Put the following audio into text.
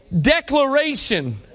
declaration